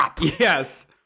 Yes